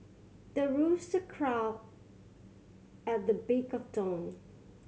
the rooster crow at the break of dawn